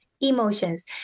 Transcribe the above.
emotions